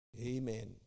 Amen